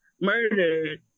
murdered